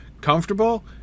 comfortable